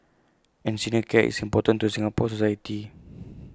and senior care is important to Singapore society